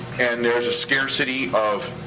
and there's a scarcity of